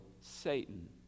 Satan